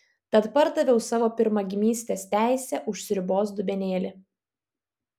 tad pardaviau savo pirmagimystės teisę už sriubos dubenėlį